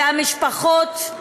והמשפחות,